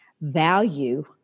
value